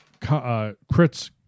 crits